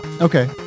okay